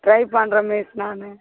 try பண்ணுறேன் miss நான்